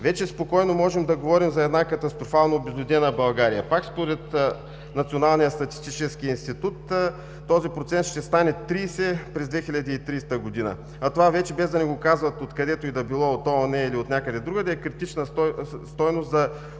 Вече спокойно можем да говорим за една катастрофално обезлюдена България. Пак според Националния статистически институт този процент ще стане 30% през 2030 г., а това вече без да ни го казват от където и да било, от ООН или от някъде другаде, е критична стойност за